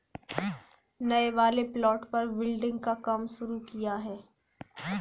नए वाले प्लॉट पर बिल्डिंग का काम शुरू किया है